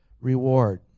reward